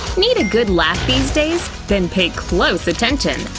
need a good laugh these days? then pay close attention,